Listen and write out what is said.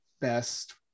best